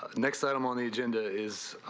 ah next item on the agenda is